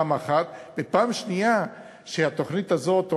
2. שהתוכנית הזאת,